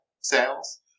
sales